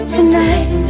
Tonight